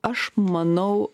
aš manau